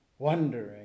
wondering